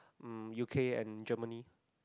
um U_K and Germany